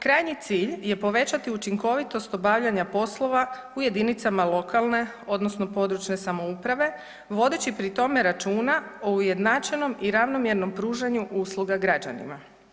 Krajnji cilj je povećati učinkovitost obavljanja poslova u jedinicama lokalne odnosno područne samouprave vodeći pri tome računa o ujednačenom i ravnomjernom pružanju usluga građanima.